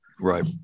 right